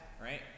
right